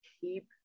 keep